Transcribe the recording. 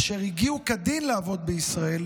אשר הגיעו כדין לעבוד בישראל